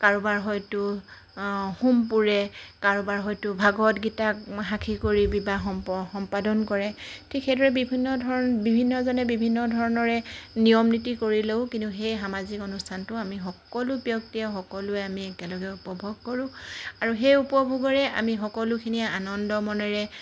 কাৰোবাৰ হয়তো হোম পোৰে কাৰোবাৰ হয়তো ভাগৱত গীতাক সাক্ষী কৰি বিবাহ সম্পাদন কৰে ঠিক সেইদৰে বিভিন্ন ধৰণৰ বিভিন্নজনে বিভিন্ন ধৰণৰে নিয়ম নীতি কৰিলেও কিন্তু সেই সামাজিক অনুষ্ঠানটো আমি সকলো ব্যক্তিয়ে সকলোৱে আমি একেলগে উপভোগ কৰোঁ আৰু সেই উপভোগেৰে আমি সকলোখিনি আনন্দ মনেৰে